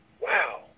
wow